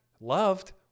loved